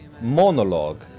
Monologue